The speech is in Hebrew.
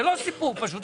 זה לא סיפור פשוט.